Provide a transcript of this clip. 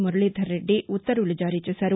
మురళీధర రెడ్డి ఉత్తర్వులు జారీ చేసారు